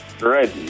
ready